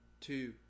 two